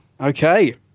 Okay